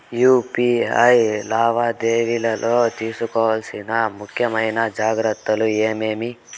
UPI లావాదేవీలలో తీసుకోవాల్సిన ముఖ్యమైన జాగ్రత్తలు ఏమేమీ?